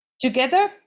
Together